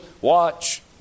Watch